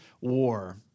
war